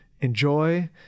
Enjoy